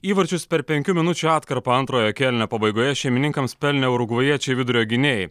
įvarčius per penkių minučių atkarpą antrojo kėlinio pabaigoje šeimininkams pelnė urugvajiečiai vidurio gynėjai